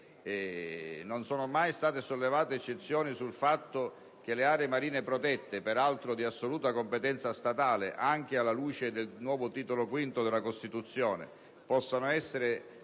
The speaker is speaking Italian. non sono mai state sollevate eccezioni sul fatto che le aree marine protette, peraltro di assoluta competenza statale, anche alla luce del nuovo Titolo V della Costituzione, possano essere